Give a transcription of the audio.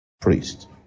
priest